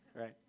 right